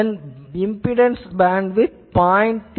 இதன் impedance bandwidth 0